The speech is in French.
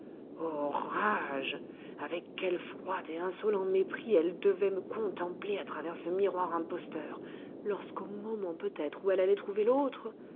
rage avec quel froid et insolent mépris elle devait me contempler à travers ce miroir imposteur lorsqu'au moment peut-être où elle allait trouver l'autre